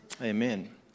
Amen